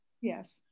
Yes